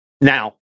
Now